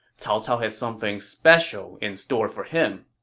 cao cao had something special in store for him.